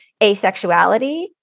asexuality